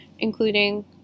including